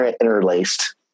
interlaced